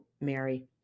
Mary